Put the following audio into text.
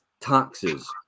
taxes